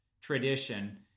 tradition